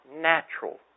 natural